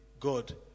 God